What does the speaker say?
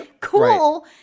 Cool